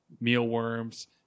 mealworms